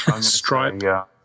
Stripe